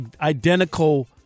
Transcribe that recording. identical